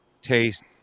taste